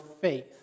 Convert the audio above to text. faith